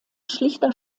schlichter